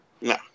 No